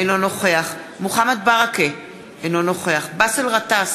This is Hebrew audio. אינו נוכח מוחמד ברכה, אינו נוכח באסל גטאס,